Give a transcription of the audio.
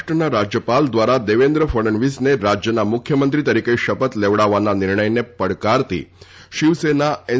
સર્વોચ્ય અદાલત મહારાષ્ટ્રના રાજ્યપાલ દ્વારા દેવેન્દ્ર ફડણવીસને રાજ્યના મુખ્યમંત્રી તરીકે શપથ લેવડાવવાના નિર્ણયને પડકારતી શિવસેના એન